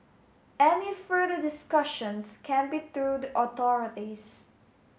any further discussions can be through the authorities